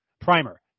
primer